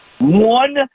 One